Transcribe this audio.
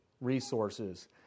resources